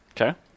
Okay